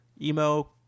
emo